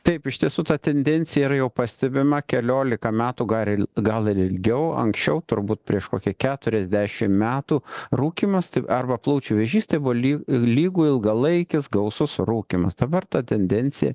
taip iš tiesų ta tendencija yra jau pastebima keliolika metų gar gal ir ilgiau anksčiau turbūt prieš kokį keturiasdešim metų rūkymas arba plaučių vėžys tai buvo ly lygu ilgalaikis gausus rūkymas dabar ta tendencija